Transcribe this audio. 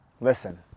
Listen